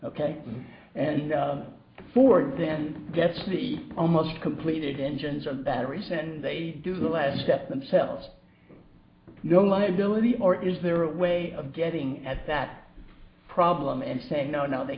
ok and ford then that's the almost completed engines or the battery send they do the last step themselves no liability or is there a way of getting at that problem and saying no now they